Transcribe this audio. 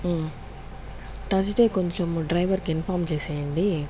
Thursday కొంచెం డ్రైవర్కి inform చేసేయండీ